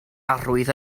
arwydd